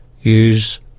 use